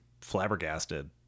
flabbergasted